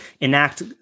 enact